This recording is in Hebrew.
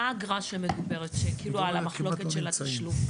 מה האגרה המדוברת, על המחלוקת של התשלום?